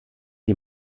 die